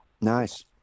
nice